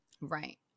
Right